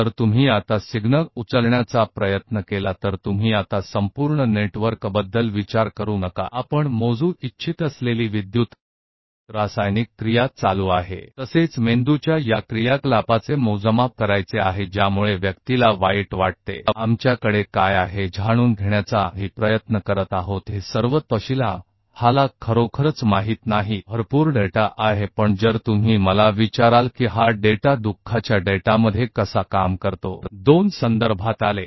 इसलिए यदि आप अभी सिग्नल लेने की कोशिश करते हैं तो अब आप पूरे नेटवर्क के बारे में नहीं सोचते हैं कि इलेक्ट्रिकल केमिकल गतिविधि चल रही है जिसे आप मापना चाहते हैं आप एक निश्चित व्यवहार के साथ मस्तिष्क की इस गतिविधि को मापना चाहते हैं इसीलिए व्यक्ति दुखी महसूस करता है तब आप अध्ययन करना चाहते हैं हम वास्तव में इन सभी विवरणों को नहीं जानते हैं जो हम कोशिश कर रहे हैं हमारे पास बहुत सारे डेटा हैं लेकिन आप मुझसे पूछेंगे कि यह डेटा दुख में कैसे काम करते हैं जो 2 संदर्भ में आया है